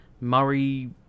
Murray